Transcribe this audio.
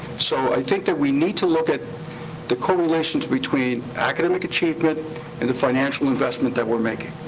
so i think that we need to look at the correlations between academic achievement and the financial investment that we're making.